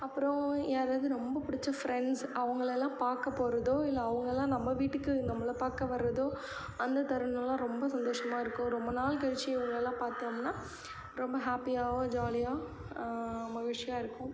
அப்புறம் யாராவது ரொம்ப பிடிச்ச ஃப்ரெண்ட்ஸ் அவங்களலாம் பார்க்கப் போகிறதோ இல்லை அவங்கள்லாம் நம்ம வீட்டுக்கு நம்மளை பார்க்க வரதோ அந்த தருணமெலாம் ரொம்ப சந்தோஷமாக இருக்கும் ரொம்ப நாள் கழிச்சு இவங்களெலாம் பார்த்தோம்னா ரொம்ப ஹாப்பியாகவும் ஜாலியாக மகிழ்ச்சியாக இருக்கும்